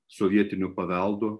sovietiniu paveldu